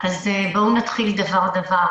בואו נתחיל דבר-דבר.